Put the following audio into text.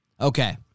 Okay